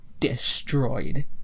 Destroyed